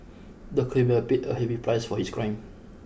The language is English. the criminal paid a heavy price for his crime